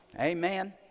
Amen